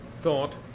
thought